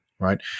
Right